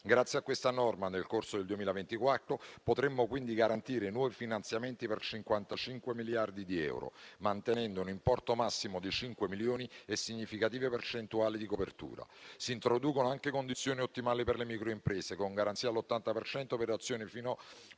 Grazie a questa norma, nel corso del 2024 potremmo quindi garantire nuovi finanziamenti per 55 miliardi di euro, mantenendo un importo massimo di 5 milioni e significative percentuali di copertura. Si introducono anche condizioni ottimali per le microimprese, con garanzia all'80 per cento per